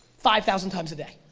five thousand times a day,